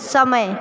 समय